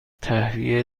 تهویه